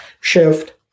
shift